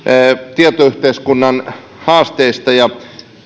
tietoyhteiskunnan haasteista ja